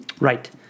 Right